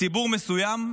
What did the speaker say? ציבור מסוים,